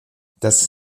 das